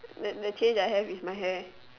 the the change I have is my hair